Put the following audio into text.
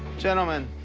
gentlemen.